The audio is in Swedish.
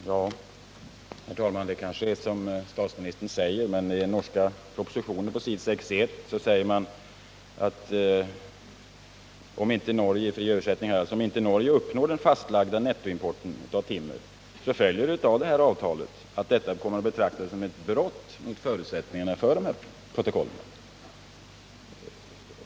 Herr talman! Det kanske är så som statsministern säger, men på s. 61 i den norska propositionen står det följande, i fri översättning: Om inte Norge uppnår den fastlagda nettoimporten av timmer följer av avtalet, att detta kommer att betraktas som ett brott mot förutsättningarna för dessa protokoll.